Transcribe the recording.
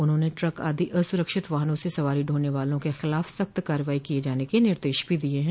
उन्होंने ट्रक आदि असुरक्षित वाहनों से सवारी ढोने वाला के खिलाफ सख्त कार्रवाई किए जाने के निर्देश भी दिए हैं